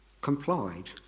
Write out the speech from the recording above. complied